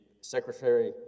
secretary